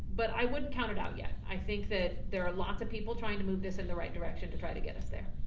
but i wouldn't count it out yet. i think that there are lots of people trying to move this in the right direction to try to get us there.